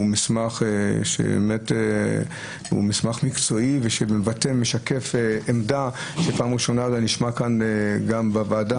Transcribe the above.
שהוא מקצועי ושמשקף עמדה שבפעם הראשונה נשמעת פה בוועדה,